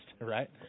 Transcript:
right